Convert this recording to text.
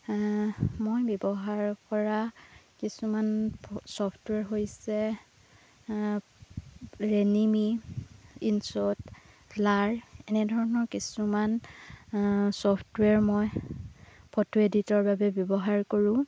মই ব্যৱহাৰ কৰা কিছুমান ছফ্টৱেৰ হৈছে ৰেনিমি ইনশ্বট লাৰ এনেধৰণৰ কিছুমান ছফ্টৱেৰ মই ফটো এডিটৰ বাবে ব্যৱহাৰ কৰোঁ